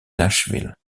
nashville